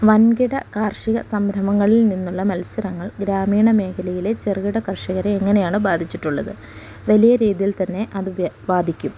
വൻകിട കാർഷിക സംരംഭങ്ങളിൽ നിന്നുള്ള മത്സരങ്ങൾ ഗ്രാമീണ മേഖലയിലെ ചെറുകിട കർഷകരെ എങ്ങനെയാണ് ബാധിച്ചിട്ടുള്ളത് വലിയ രീതിയിൽ തന്നെ അത് ബാധിക്കും